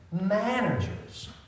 managers